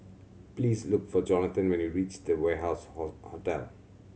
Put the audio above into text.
please look for Johathan when you reach The Warehouse horse Hotel